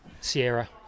Sierra